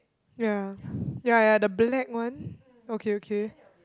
ya ya ya the black one okay okay